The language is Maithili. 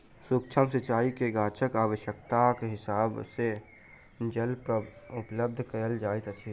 सुक्ष्म सिचाई में गाछक आवश्यकताक हिसाबें जल उपलब्ध कयल जाइत अछि